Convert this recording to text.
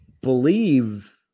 believe